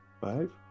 Five